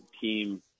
team